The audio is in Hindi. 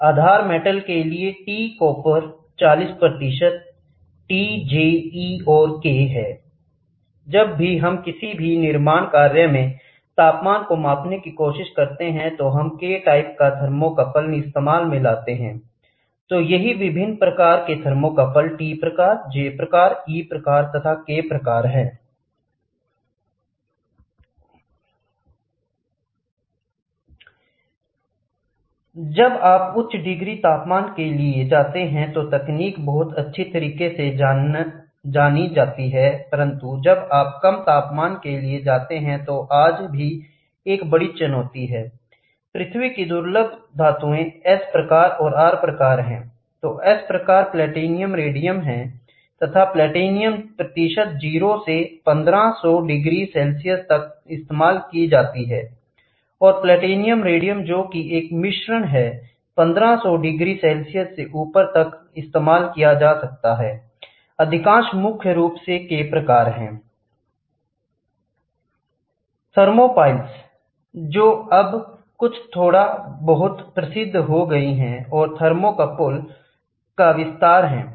आधार मेटल के लिए T copper 40 T J E और K हैं I जब भी हम किसी भी निर्माण कार्य में तापमान को मापने की कोशिश करते हैं तो हम K प्रकार का थर्मोकपल इस्तेमाल में लाते हैं I तो ही विभिन्न प्रकार के थर्मोकपल हैं T प्रकार J प्रकार E प्रकार तथा K प्रकार I जब आप उच्च डिग्री तापमान के लिए जाते हैंतो तकनीक बहुत अच्छी तरह से जानी जाती है परंतु जब आप कम तापमान के लिए जाते हैं तो यह आज भी एक बड़ी चुनौती है I पृथ्वी की दुर्लभ धातुओं S प्रकार और R प्रकार हैं I तो S प्रकार प्लैटिनम रोडियम है तथा प्लैटिनम प्रतिशत 0 से 1500 डिग्री सेल्सियस तक इस्तेमाल की जाती है और प्लैटिनम रोडियम जो कि एक मिश्रण है 1500 डिग्री सेल्सियस से ऊपर तक इस्तेमाल किया जा सकता है I अधिकांश मुख्य रूप से K प्रकार है I थर्मोपिलेस जो अब कुछ थोड़ा बहुत प्रसिद्ध हो गयी है और थर्मोकोपले का विस्तार है